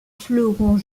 fleurons